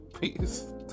peace